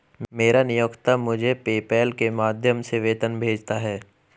मेरा नियोक्ता मुझे पेपैल के माध्यम से वेतन भेजता है